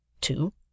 two